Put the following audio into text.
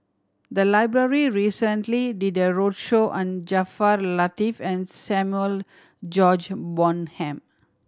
the library recently did a roadshow on Jaafar Latiff and Samuel George Bonham